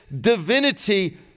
divinity